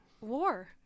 war